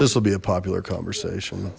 this will be a popular conversation